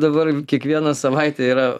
dabar kiekvieną savaitę yra